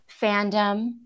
fandom